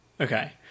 Okay